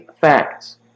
facts